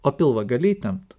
o pilvą gali įtempt